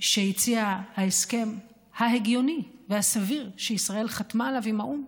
שהציע ההסכם ההגיוני והסביר שישראל חתמה עליו עם האו"ם,